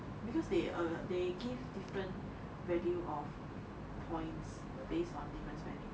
because they err they give different value or points based on different spending